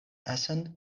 essen